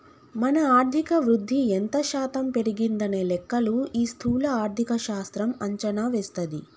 మన ఆర్థిక వృద్ధి ఎంత శాతం పెరిగిందనే లెక్కలు ఈ స్థూల ఆర్థిక శాస్త్రం అంచనా వేస్తది